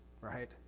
right